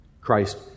Christ